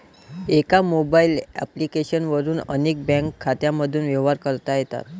एका mobile application वरून अनेक बँक खात्यांमधून व्यवहार करता येतात